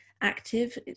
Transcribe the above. active